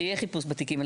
שיהיה חיפוש בתיקים.